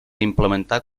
implementar